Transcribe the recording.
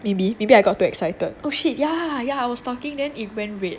maybe maybe I got too excited oh shit yeah yeah I was talking then it went red